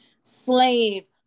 Slave